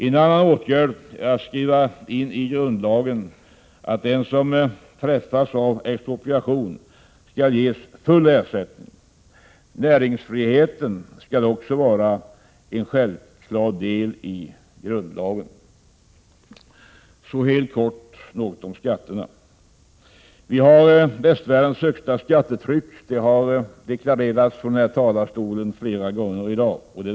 En annan åtgärd är att skriva in i grundlagen att den som träffas av expropriation skall ges full ersättning. Näringsfriheten skall också vara en självklar del i grundlagen. Så helt kort något om skatterna. Vi har västvärldens högsta skattetryck — det har deklarerats från talarstolen flera gånger i dag.